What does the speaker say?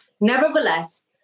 Nevertheless